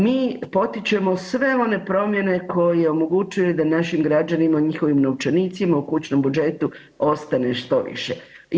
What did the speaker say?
Mi potičemo sve one promjene koje omogućuje da našim građanima i njihovim novčanicima u kućnom budžetu ostane što više.